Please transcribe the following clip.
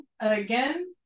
again